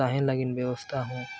ᱛᱟᱦᱮᱱ ᱞᱟᱹᱜᱤᱫ ᱵᱮᱵᱚᱥᱛᱷᱟ ᱦᱚᱸ